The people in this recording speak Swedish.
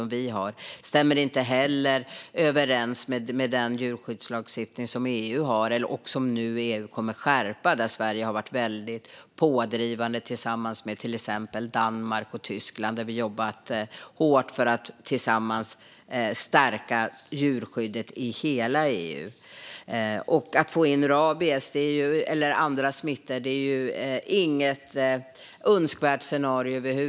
Det stämmer inte heller överens med den djurskyddslagstiftning som EU har och nu kommer att skärpa. Här har Sverige varit väldigt pådrivande tillsammans med till exempel Danmark och Tyskland och jobbat hårt för att stärka djurskyddet i hela EU. Att få in rabies eller andra smittor är inget önskvärt scenario.